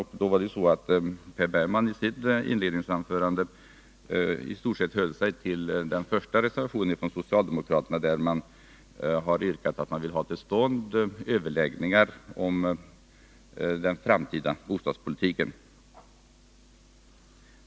Per Bergman höll sig i sitt inledningsanförande i stort sett till den första reservationen från socialdemokraterna, där man yrkat att regeringen bör försöka få till stånd överläggningar mellan riksdagspartierna om den framtida bostadspolitiken.